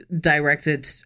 directed